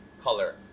color